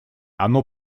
оно